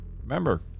Remember